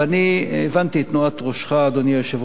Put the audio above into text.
אני הבנתי את תנועת ראשך, אדוני היושב-ראש.